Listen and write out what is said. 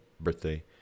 birthday